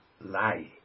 lie